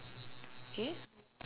!hey!